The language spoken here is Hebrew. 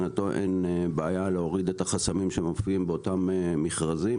אין בעיה להוריד את החסמים שמופיעים באותם מכרזים,